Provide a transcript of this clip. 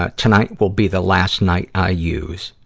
ah tonight will be the last night i use,